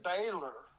Baylor